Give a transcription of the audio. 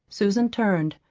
susan turned,